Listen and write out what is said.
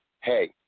hey